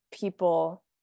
people